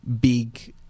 big